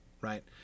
right